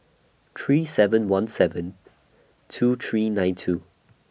three seven one seven two three nine two